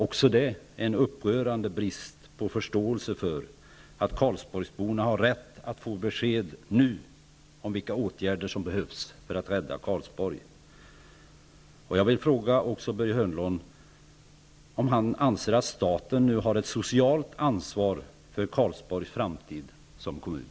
Också det är en upprörande brist på förståelse för att karlsborgsborna har rätt att få besked nu om vilka åtgärder som behövs för att rädda Karlsborg. Jag vill också fråga Börje Hörnlund om han anser att staten nu har ett socialt ansvar för Karlsborgs framtid som kommun.